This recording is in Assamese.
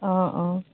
অঁ অঁ